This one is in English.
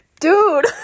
Dude